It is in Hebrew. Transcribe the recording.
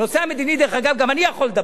על הנושא המדיני, דרך אגב, גם אני יכול לדבר.